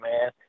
man